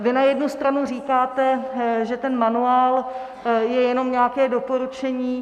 Vy na jednu stranu říkáte, že ten manuál je jenom nějaké doporučení.